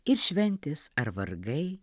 ir šventės ar vargai